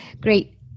Great